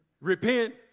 Repent